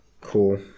Cool